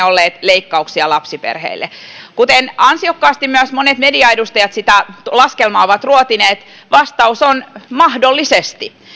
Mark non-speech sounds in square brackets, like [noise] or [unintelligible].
[unintelligible] olleet leikkauksia lapsiperheille kuten ansiokkaasti myös monet median edustajat sitä laskelmaa ovat ruotineet vastaus on mahdollisesti